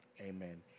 Amen